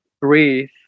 breathe